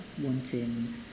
wanting